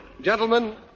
Gentlemen